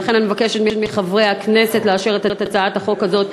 לכן אני מבקשת מחברי הכנסת לאשר את הצעת החוק הזאת,